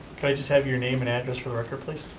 can i just have your name and address for the record, please.